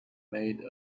made